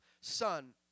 son